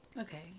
Okay